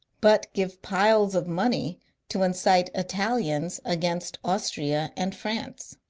but give piles of money to incite italians against austria and france.